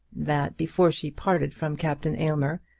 that before she parted from captain aylmer,